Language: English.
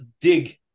dig